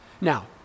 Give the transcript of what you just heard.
Now